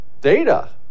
data